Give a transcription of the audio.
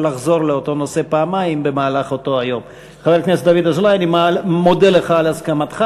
אנחנו נאפשר לחבר הכנסת דוד אזולאי להעלות את טיעוניו.